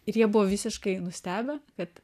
ir jie buvo visiškai nustebę kad